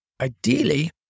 ideally